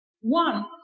One